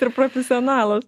ir profesionalas